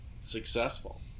successful